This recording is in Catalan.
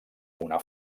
una